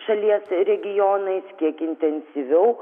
šalies regionais kiek intensyviau